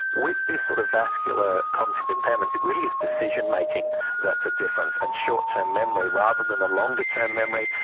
with this sort of vascular cognitive impairment it really is decision-making that is a difference and short term memory rather than a longer term memory,